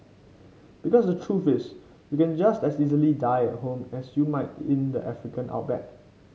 because the truth is you can just as easily die at home as you might in the African outback